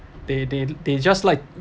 they they they just like